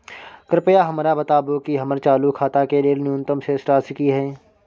कृपया हमरा बताबू कि हमर चालू खाता के लेल न्यूनतम शेष राशि की हय